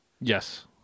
Yes